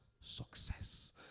Success